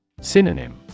Synonym